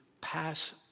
pass